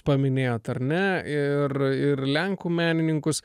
paminėjot ar ne ir ir lenkų menininkus